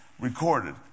recorded